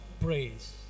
praise